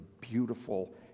beautiful